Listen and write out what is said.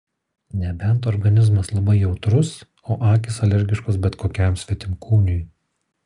nebent organizmas labai jautrus o akys alergiškos bet kokiam svetimkūniui